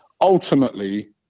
ultimately